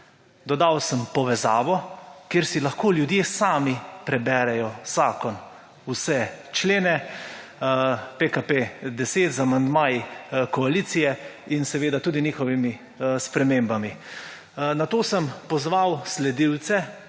Dodal sem povezavo, kjer si ljudje sami lahko preberejo zakon, vse člene PKP-10, z amandmaji koalicije in seveda tudi njihovimi spremembami. Nato sem pozval sledilce,